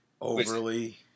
overly